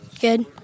Good